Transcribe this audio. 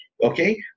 okay